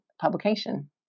publication